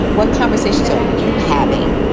what conversations are you having?